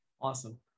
Awesome